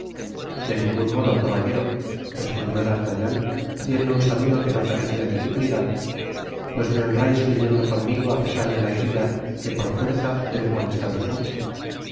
de ningun modo caballero respondió d'artagnan haciendo un saludo que no carecía de dignidad pues ine honrais riüendo conmigo apesar de la herida que por fuerza debe molestaros mucho